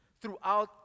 throughout